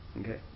okay